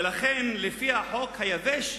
ולכן, לפי החוק היבש,